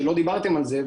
לא דיברתם על זה,